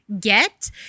get